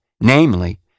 namely